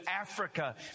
Africa